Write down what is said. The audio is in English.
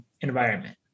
environment